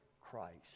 Christ